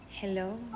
Hello